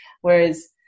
whereas